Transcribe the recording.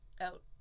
Out